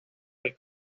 del